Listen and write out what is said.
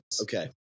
Okay